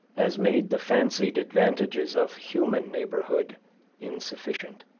as made the fancied advantages of human neighborhood insignificant,